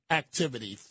activity